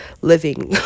living